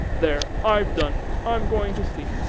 there! i've done. i'm going to sleep.